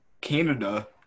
Canada